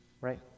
right